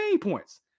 points